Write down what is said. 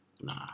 Nah